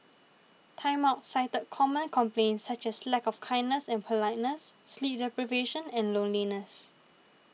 Time Out cited common complaints such as lack of kindness and politeness sleep deprivation and loneliness